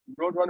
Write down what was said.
Roadrunner